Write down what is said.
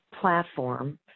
platform